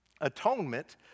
Atonement